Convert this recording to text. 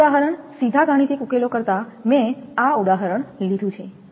આ ઉદાહરણ સીધા ગાણિતિક ઉકેલો કરતાં મેં આ ઉદાહરણ લીધું છે